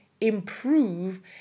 improve